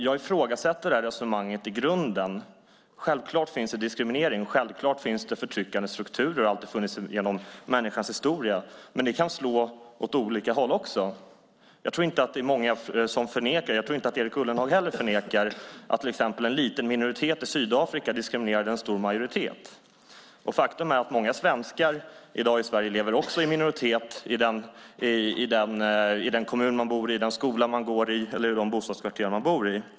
Jag ifrågasätter det resonemanget i grunden. Självklart finns det diskriminering, och självklart finns det förtryckande strukturer och har alltid funnits genom människans historia. Men det kan slå åt olika håll. Jag tror inte att det är många som förnekar - jag tror inte att Erik Ullenhag heller förnekar det - att till exempel en liten minoritet i Sydafrika diskriminerar en stor majoritet. Faktum är att många svenskar i dag i Sverige lever i minoritet i den kommun de bor i, den skola de går i eller det bostadskvarter de bor i.